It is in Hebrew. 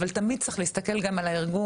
אבל תמיד צריך להסתכל גם על הארגון,